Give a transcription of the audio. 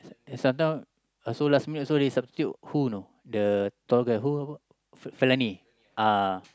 then sometime also last minute they also substitute who you know the tall guy who who Felony uh